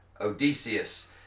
Odysseus